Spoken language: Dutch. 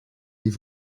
die